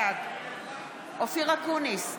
בעד אופיר אקוניס,